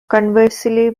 conversely